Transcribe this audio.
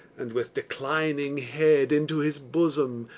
and with declining head into his bosom,